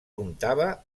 comptava